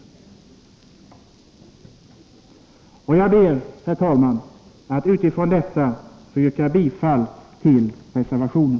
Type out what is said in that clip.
Jag ber, herr talman, att utifrån detta få yrka bifall till reservationen.